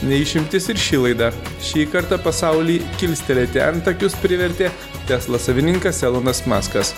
ne išimtis ir ši laida šį kartą pasaulį kilstelėti antakius privertė tesla savininkas elonas maskas